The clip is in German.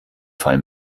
fall